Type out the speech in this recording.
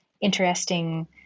interesting